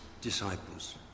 disciples